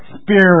spirit